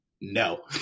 No